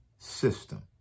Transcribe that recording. system